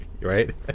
right